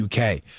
UK